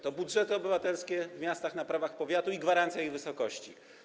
To budżety obywatelskie w miastach na prawach powiatu i gwarancja ich wysokości.